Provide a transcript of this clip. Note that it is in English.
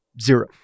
Zero